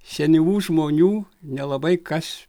senyvų žmonių nelabai kas